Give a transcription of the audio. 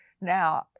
now